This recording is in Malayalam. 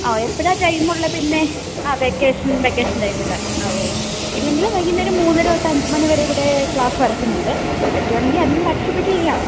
ആ എപ്പോഴാണ് ടൈം ഉള്ളത് പിന്നെ ആ വെക്കേഷൻ വെക്കേഷൻ ടൈമിൽ ആ ഓ ഇല്ലെങ്കിൽ വൈകുന്നേരം മൂന്നര തൊട്ട് അഞ്ചു മണി വരെ ഇവിടെ ക്ലാസ് നടക്കുന്നുണ്ട് പറ്റുകയാണെങ്കിൽ അതിനും പാർട്ടിസിപ്പേറ്റ് ചെയ്യാം